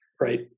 Right